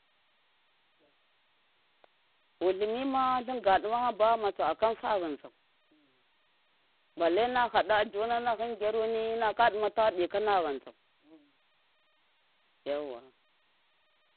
wutlɨmi ma tlɨnga ɗima hamba ghamatsa kan ma fa ghɨntsau balle na haɗa hɨm gyaruni naka ɗɨma taɗɨ ka na ghɨntsau yauwa.